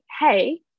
hey